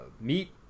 Meat